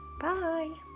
bye